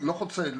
לא חוצה,